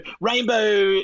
rainbow